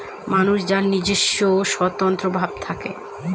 মানুষ যার নিজস্ব স্বতন্ত্র ভাব থাকে